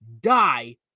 die